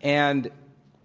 and